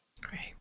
Great